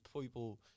people